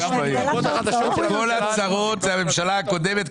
כל הצרות זו הממשלה הקודמת.